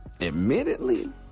admittedly